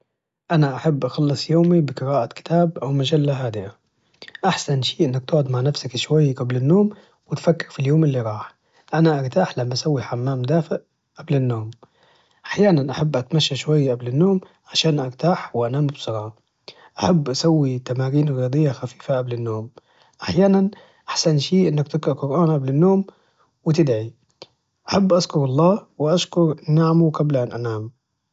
أنا أحب أخلص يومي بقراءة كتاب أو مجلة هادئة أحسن شي إنك تقعد مع نفسك شوي قبل النوم وتفكر في اليوم اللي راح أنا أرتاح لما أسوي حمام دافيء قبل النوم أحيانًا أحب أتمشى شوي قبل النوم عشان أرتاح وأنام بسرعه أحب أسوي تمارين رياضيه خفيفه قبل النوم أحيانًا أحسن شي إنك تقرأ قرآن قبل النوم وتدعي أحب أذكر الله وأشكر نعمه قبل أن أنام